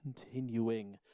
continuing